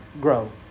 grow